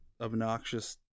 obnoxious